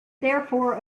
therefore